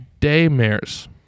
daymares